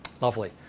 Lovely